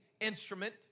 instrument